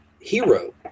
hero